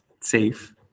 safe